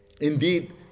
Indeed